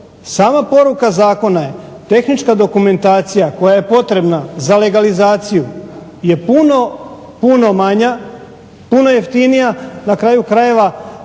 sama poruka zakona je, tehnička dokumentacija koja je potrebna za legalizaciju je puno, puno manja, puno jeftinija. Na kraju krajeva